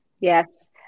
Yes